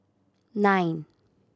nine